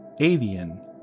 avian